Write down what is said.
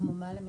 כמו מה למשל?